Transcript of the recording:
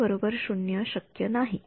तर R0 शक्य नाही